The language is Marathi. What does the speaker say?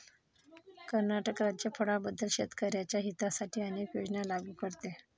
कर्नाटक राज्य फळांबद्दल शेतकर्यांच्या हितासाठी अनेक योजना लागू करते